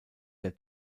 der